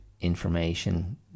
information